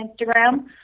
Instagram